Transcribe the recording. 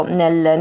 nel